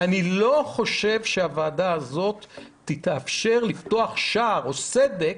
אני לא חושב שהוועדה הזו תאפשר לפתוח שער או סדק,